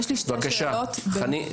בבקשה, חנית.